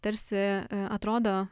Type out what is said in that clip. tarsi atrodo